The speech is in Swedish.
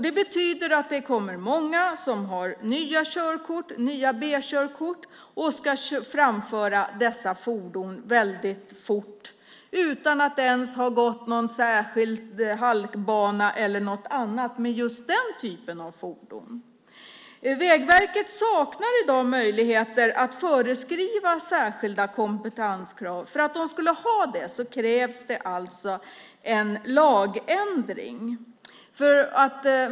Det betyder att det kommer många som har nya B-körkort och ska framföra dessa fordon väldigt fort utan att ens ha gått någon särskild halkbaneutbildning eller något annat med just den typen av fordon. Vägverket saknar i dag möjligheter att föreskriva särskilda kompetenskrav. För att de skulle ha dessa möjligheter krävs det alltså en lagändring.